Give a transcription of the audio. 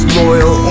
loyal